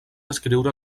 escriure